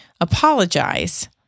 apologize